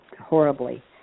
horribly